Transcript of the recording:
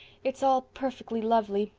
it's all perfectly lovely.